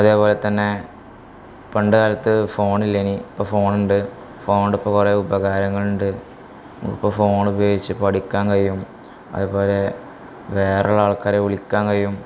അതേപോലെ തന്നെ പണ്ട് കാലത്ത് ഫോണില്ലനി ഇപ്പോള് ഫോണുണ്ട് ഫോണ് കൊണ്ട് വളരെ ഉപകാരങ്ങളുണ്ട് ഇപ്പോള് ഫോണുപയോഗിച്ച് പഠിക്കാൻ കഴിയും അതുപോലെ വേറൊരാൾക്കാരെ വിളിക്കാൻ കഴിയും